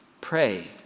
Pray